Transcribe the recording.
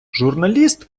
журналіст